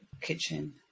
kitchen